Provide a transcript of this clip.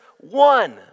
one